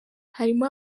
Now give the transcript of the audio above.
harimo